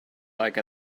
like